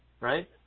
right